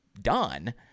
done